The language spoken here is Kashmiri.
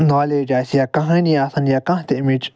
نالٮ۪ج آسہِ یا کہانی آسہِ یا کانٛہہ تہٕ امچ